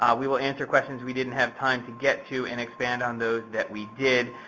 ah we will answer questions we didn't have time to get to and expand on those that we did.